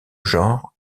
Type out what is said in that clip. genre